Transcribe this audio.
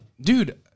dude